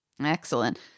Excellent